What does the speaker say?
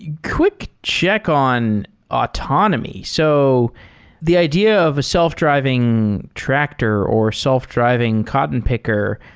quick check on autonomy. so the idea of a self-driving tractor or self driving cotton picker,